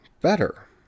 better